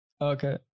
Okay